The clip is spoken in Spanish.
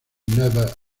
never